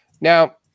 Now